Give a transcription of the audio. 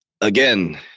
Again